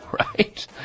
right